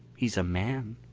he's a man!